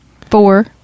four